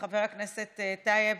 חבר הכנסת טייב,